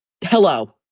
hello